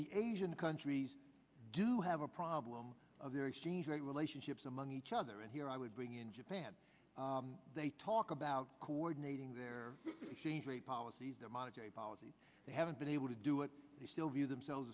the asian countries do have a problem of their exchange relationships among each other and here i would bring in japan they talk about coordinating their policies their monetary policy they haven't been able to do what they still view themselves